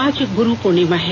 आज गुरू पूर्णिमा है